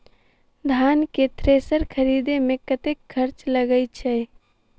धान केँ थ्रेसर खरीदे मे कतेक खर्च लगय छैय?